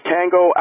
Tango